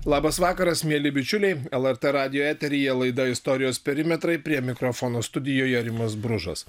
labas vakaras mieli bičiuliai lrt radijo eteryje laida istorijos perimetrai prie mikrofono studijoje rimas bružas